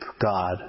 God